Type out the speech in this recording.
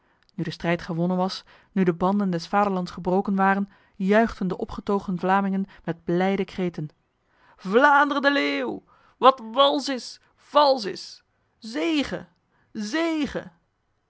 nu de strijd gewonnen was nu de banden des vaderlands gebroken waren juichten de opgetogen vlamingen met blijde kreten vlaanderen de leeuw wat wals is vals is zege zege